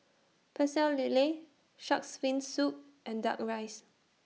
Pecel Lele Shark's Fin Soup and Duck Rice